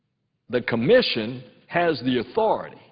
the commission has the authority